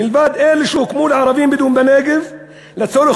מלבד אלה שהוקמו לערבים-בדואים בנגב לצורך